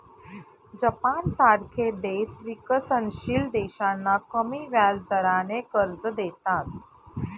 जपानसारखे देश विकसनशील देशांना कमी व्याजदराने कर्ज देतात